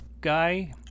guy